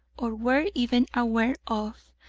or were even aware of,